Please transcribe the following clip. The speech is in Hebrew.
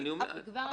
ריבית פיגורים.